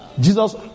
Jesus